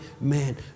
man